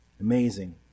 Amazing